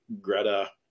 Greta